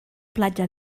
platja